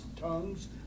tongues